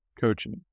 coaching